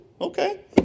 Okay